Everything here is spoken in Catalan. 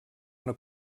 una